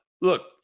look